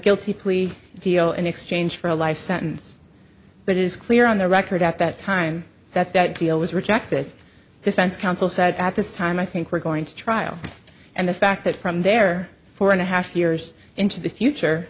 guilty plea deal in exchange for a life sentence but it is clear on the record at that time that that deal was rejected defense counsel said at this time i think we're going to trial and the fact that from there four and a half years into the future